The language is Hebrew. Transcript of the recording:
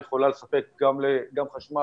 יכולה לספק גם חשמל